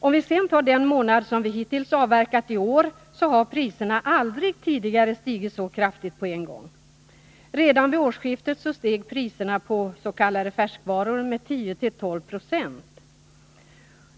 Om vi tar den månad vi hittills avverkat i år, så finner vi att priserna aldrig tidigare har stigit så kraftigt på en gång. Redan vid årsskiftet steg priserna på s.k. färskvaror med 10-12 96.